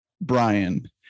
Brian